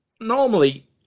normally